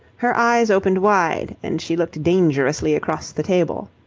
her eyes opened wide and she looked dangerously across the table.